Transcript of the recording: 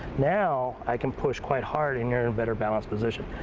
now i can push quite hard and you're in a better balanced position.